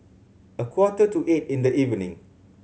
a quarter to eight in the evening